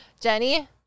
Jenny